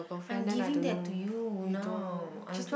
I'm giving that to you now I was just